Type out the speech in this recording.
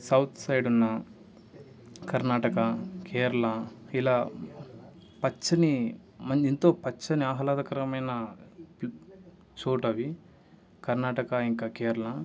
south side ఉన్న కర్ణాటక కేరళ ఇలా పచ్చని మం ఎంతో పచ్చని ఆహ్లాదకరమైన చోట అవి కర్ణాటక ఇంకా కేరళ